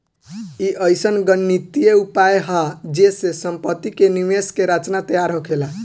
ई अइसन गणितीय उपाय हा जे से सम्पति के निवेश के रचना तैयार होखेला